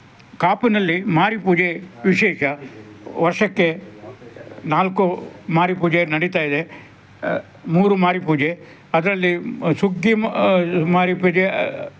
ಕಾಪುನಲ್ಲಿ ಮಾರಿಪೂಜೆ ವಿಶೇಷ ವರ್ಷಕ್ಕೆ ನಾಲ್ಕು ಮಾರಿಪೂಜೆ ನಡೀತಾಯಿದೆ ಮೂರು ಮಾರಿಪೂಜೆ ಅದರಲ್ಲಿ ಸುಗ್ಗಿ ಮಾರಿಪೂಜೆ